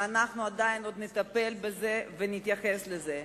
ואנחנו עוד נטפל בזה ונתייחס לזה.